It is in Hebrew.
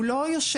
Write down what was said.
הוא לא יושב,